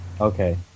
Okay